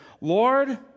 Lord